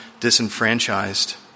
disenfranchised